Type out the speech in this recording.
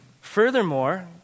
Furthermore